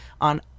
on